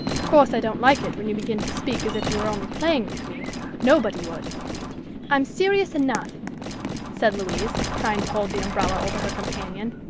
of course i don't like it when you begin to speak as if you were only playing with me nobody would i'm serious enough said louise, trying to hold the umbrella over her companion,